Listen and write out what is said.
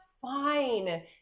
fine